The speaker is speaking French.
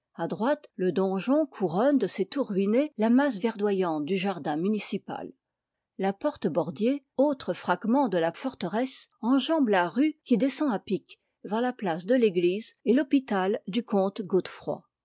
à droite le donjon couronne de ses tours ruinées la masse verdoyante du jardin municipal la porte bordier autre fragment de la forteresse enjambe la rue qui descend à pic vers la place de l'église et l'hôpital du comte godefroy